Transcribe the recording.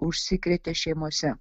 užsikrėtė šeimose